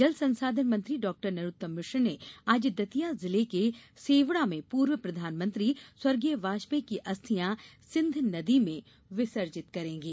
जल संसाधन मंत्री डॉ नरोत्तम मिश्र आज दतिया जिले के सेवढ़ा में पूर्व प्रधानमंत्री स्व वाजपेयी की अस्थियाँ सिंध नदी में विसर्जित करेंगे